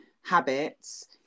habits